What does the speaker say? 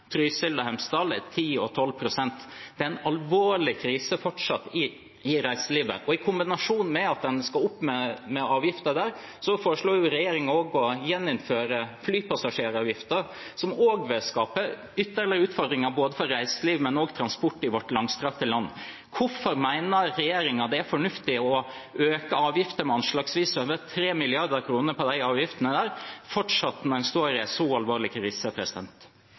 er den på 10 og 12 pst. Det er fortsatt en alvorlig krise i reiselivet. I kombinasjon med at en skal opp med avgifter der, foreslår regjeringen også å gjeninnføre flypassasjeravgiften, som vil skape ytterligere utfordringer for reiselivet, men også for transport i vårt langstrakte land. Hvorfor mener regjeringen det er fornuftig å øke avgiftene med anslagsvis over 3 mrd. kr når en fortsatt står i en så alvorlig krise?